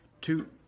two